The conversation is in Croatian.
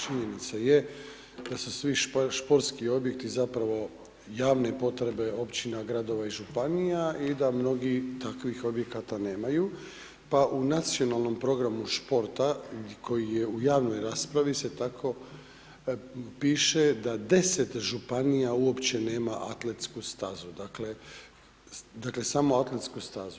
Činjenica je da su svi športski objekti zapravo, javne potrebe općine, gradova i županija i da mnogi takvih objekata nemaju pa u nacionalnom programu športa koji je u javnoj raspravi se tako piše da 10 županija uopće nema atletsku stazu, dakle samo atletsku stazu.